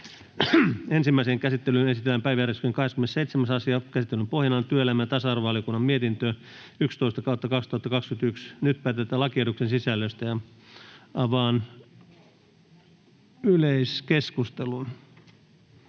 Ensimmäiseen käsittelyyn esitellään päiväjärjestyksen 27. asia. Käsittelyn pohjana on työelämä- ja tasa-arvovaliokunnan mietintö TyVM 11/2021 vp. Nyt päätetään lakiehdotuksen sisällöstä. — Avaan yleiskeskustelun.